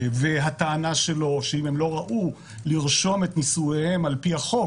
והטענה שלו שאם הם לא ראו לרשום את נישואיהם על פי החוק,